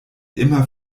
immer